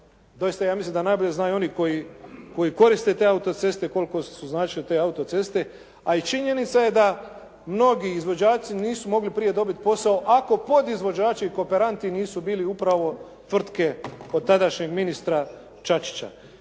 jest ja mislim da najbolje znaju oni koji koriste te autoceste koliko su značile te autoceste. A i činjenica je da i mnogi izvođači nisu mogli dobiti prije posao, ako podizvođači i kooperanti nisu bili upravo tvrtke od tadašnjeg ministra Čačića.